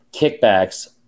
kickbacks